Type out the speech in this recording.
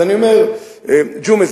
ג'ומס,